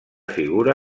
figura